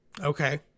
okay